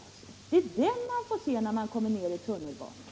Det är den man får se när man kommer ner i tunnelbanan.